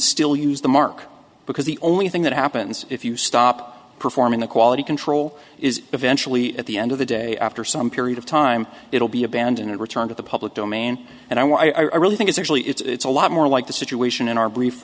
still use the mark because the only thing that happens if you stop performing the quality control is eventually at the end of the day after some period of time it will be abandoned and returned to the public domain and i what i really think is actually it's a lot more like the situation in our brief